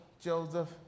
Joseph